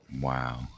Wow